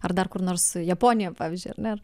ar dar kur nors japonija pavyzdžiui ar ne